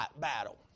battle